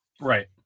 Right